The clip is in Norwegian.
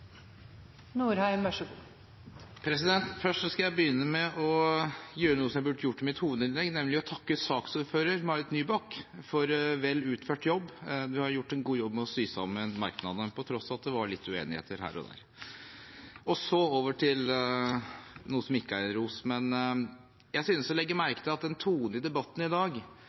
begynne med å gjøre noe som jeg burde gjort i mitt hovedinnlegg, nemlig å takke saksordfører Marit Nybakk for vel utført jobb. Hun har gjort en god jobb med å sy sammen merknadene, til tross for at det var litt uenigheter her og der. Så over til noe som ikke er ros: Jeg synes å legge